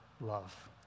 love